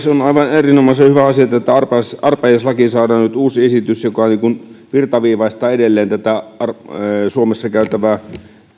on aivan erinomaisen hyvä asia että arpajaislakiin saadaan nyt uusi esitys joka virtaviivaistaa edelleen esimerkiksi suomessa käytävää